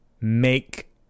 make